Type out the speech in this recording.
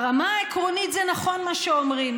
ברמה העקרונית, זה נכון מה שאומרים